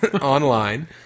online